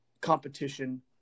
competition